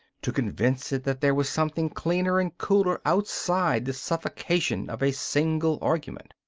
to convince it that there was something cleaner and cooler outside the suffocation of a single argument.